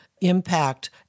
impact